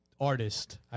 artist